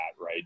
right